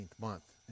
month